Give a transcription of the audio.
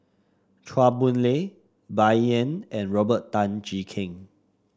Chua Boon Lay Bai Yan and Robert Tan Jee Keng